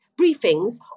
briefings